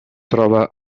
troba